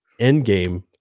Endgame